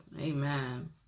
Amen